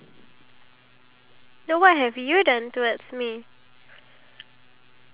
and we need to buy the mini shampoo because mama gave me twelve dollars for it